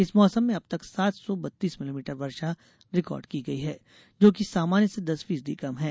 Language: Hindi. इस मौसम में अबतक सात सौ बत्तीस मिलीमीटर वर्षा रिकॉर्ड की गई है जो कि सामान्य से दस फीसदी कम है